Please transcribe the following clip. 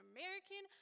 American